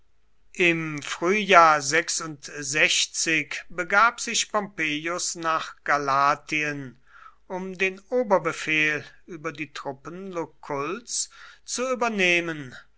im frühjahr begab sich pompeius nach galatien um den oberbefehl über die truppen luculls zu übernehmen